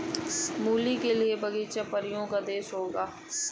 मूली के लिए बगीचा परियों का देश होगा